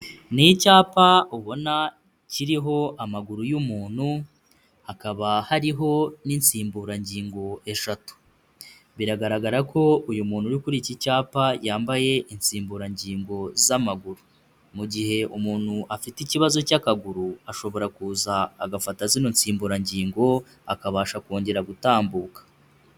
Ni icyapa ubona kiriho amaguru y'umuntu, hakaba hariho n'insimburangingo eshatu, biragaragara ko uyu muntu uri kuri iki cyapa yambaye insimburangingo z'amaguru. Mu gihe umuntu afite ikibazo cy'akaguru ashobora kuza agafata zino nsimburangingo akabasha kongera gutambuka.